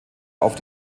auf